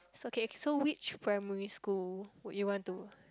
okay so which primary school would you want to